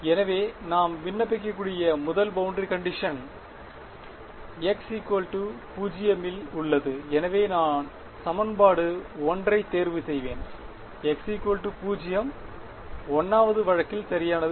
எனவே நாம் விண்ணப்பிக்கக்கூடிய முதல் பௌண்டரி கண்டிஷன் x 0 இல் உள்ளது எனவே நான் சமன்பாடு 1 ஐ தேர்வு செய்வேன் x 0 1 வது வழக்கில் சரியானது